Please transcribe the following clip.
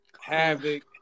Havoc